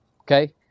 Okay